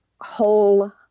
whole